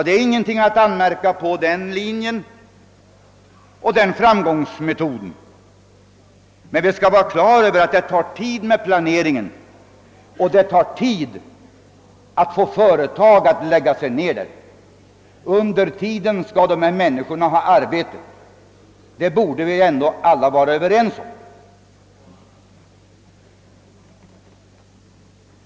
Det finns ingenting att anmärka på den linjen och den framgångsmetoden, men vi skall vara på det klara med att planeringen tar tid, och att det tar tid att förmå företag att etablera sig där. Under tiden skall människarna ha arbete — det borde vi alla vara överens om.